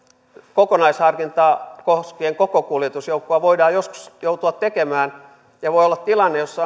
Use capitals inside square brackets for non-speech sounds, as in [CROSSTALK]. kokonaisharkintaa koskien koko kuljetusjoukkoa voidaan joskus joutua tekemään ja voi olla tilanne jossa [UNINTELLIGIBLE]